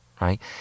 right